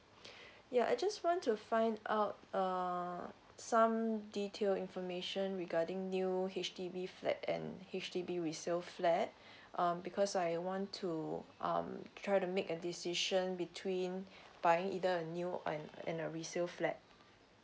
yeah I just want to find out err some detail information regarding new H_D_B flat and H_D_B resale flat um because I want to um try to make a decision between buying either a new one and a resale flat